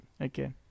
Okay